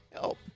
help